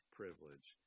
privilege